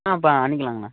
ஆ பண்ணிக்கலாங்கண்ணா